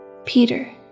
Peter